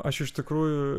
aš iš tikrųjų